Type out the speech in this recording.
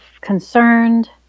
concerned